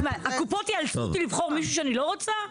הקופות ייאלצו אותי לבחור מישהו שאני לא רוצה?